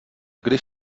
když